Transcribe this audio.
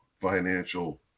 financial